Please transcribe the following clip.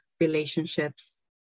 relationships